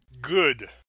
good